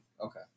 Okay